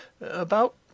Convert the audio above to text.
About